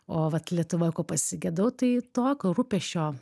o vat lietuva ko pasigedau tai tokio rūpesčio